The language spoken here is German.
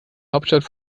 hauptstadt